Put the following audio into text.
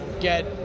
get